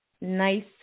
Nice